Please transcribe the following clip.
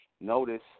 Notice